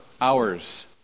hours